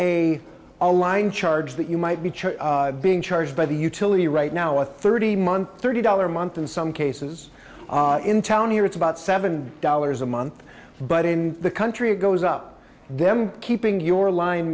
a a line charge that you might be being charged by the utility right now a thirty month thirty dollars month in some cases in town here it's about seven dollars a month but in the country it goes up them keeping your line